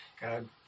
God